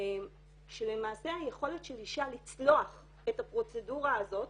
שלמעשה היכולת של אשה לצלוח את הפרוצדורה הזאת